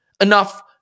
enough